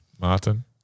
Martin